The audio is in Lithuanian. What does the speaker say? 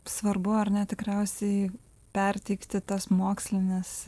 svarbu ar ne tikriausiai perteikti tas mokslines